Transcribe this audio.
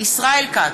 ישראל כץ,